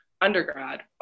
undergrad